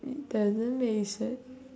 it doesn't make sense